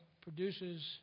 produces